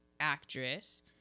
Actress